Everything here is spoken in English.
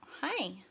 Hi